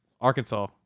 Arkansas